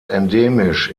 endemisch